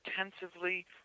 intensively